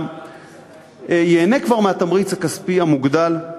ייהנה מהתמריץ הכספי המוגדל,